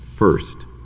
First